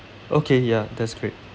okay ya that's great